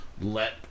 let